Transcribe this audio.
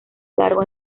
largo